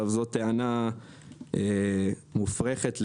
זו טענה מופרכת לגמרי.